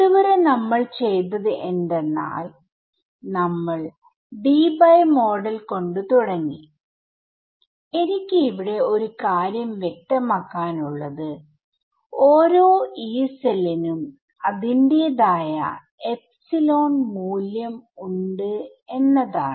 ഇതുവരെ നമ്മൾ ചെയ്തത് എന്തെന്നാൽ നമ്മൾ ഡീബൈ മോഡൽ കൊണ്ട് തുടങ്ങി എനിക്ക് ഇവിടെ ഒരു കാര്യം വ്യക്തമാക്കാനുള്ളത് ഓരോ Yee സെല്ലിനും അതിന്റെതായ എപ്സിലോൺ മൂല്യം ഉണ്ട് എന്നതാണ്